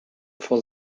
for